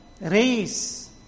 race